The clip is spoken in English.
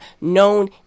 known